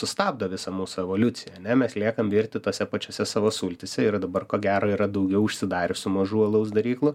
sustabdo visą mūsų evoliuciją ane mes liekam virti tose pačiose savo sultyse ir dabar ko gero yra daugiau užsidariusių mažų alaus daryklų